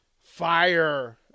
fire